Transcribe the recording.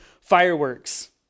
fireworks